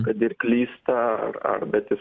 kad ir klysta ar bet jis